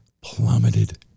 plummeted